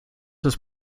ist